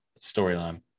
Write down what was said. storyline